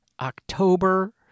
October